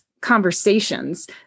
conversations